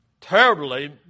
terribly